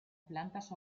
plantas